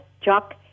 jock-